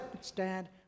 stand